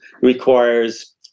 requires